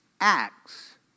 acts